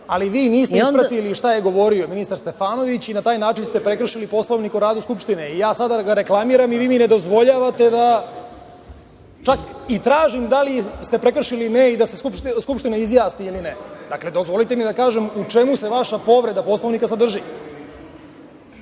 Ali vi niste ispratili šta je govorio ministar Stefanović i na taj način ste prekršili Poslovnik o radu Skupštine. Sada ga reklamiram i vi mi ne dozvoljavate, čak i tražim da li ste prekršili ili ne i da se Skupština izjasni. Dakle, dozvolite mi da kažem u čemu se vaša povreda Poslovnika sadrži.